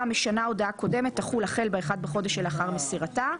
משנה קודמת תחול החל ב-1 בחודש שלאחר מסירתה".